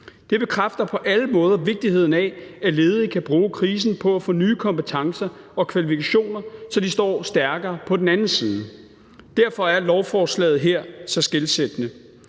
Det bekræfter på alle måder vigtigheden af, at ledige kan bruge krisen på at få nye kompetencer og kvalifikationer, så de står stærkere på den anden side. Derfor er lovforslaget her så skelsættende.